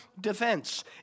defense